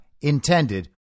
intended